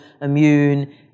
immune